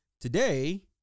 Today